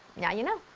now you know!